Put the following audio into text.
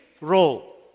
role